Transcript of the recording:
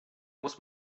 muss